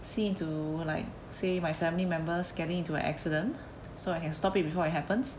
see into like say my family members getting into an accident so I can stop it before it happens